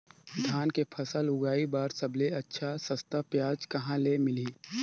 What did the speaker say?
धान के फसल उगाई बार सबले अच्छा सस्ता ब्याज कहा ले मिलही?